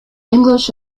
english